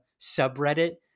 subreddit